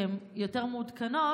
שהן יותר מעודכנות,